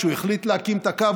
כשהחליט להקים את הקו,